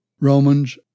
Romans